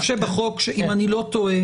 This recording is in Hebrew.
אם אני לא טועה,